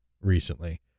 recently